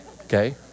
Okay